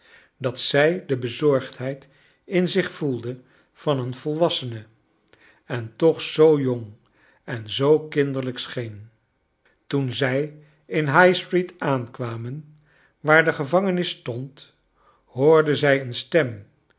dat zij de bezorgdheid in zich voelde van een volwassene en toch zoo jong en zoo kinderlijk scheen toen zij in high street aankwamen waar de gevangenis stond hoorden zij een stem